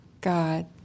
God